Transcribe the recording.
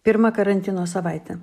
pirma karantino savaitė